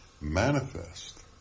manifest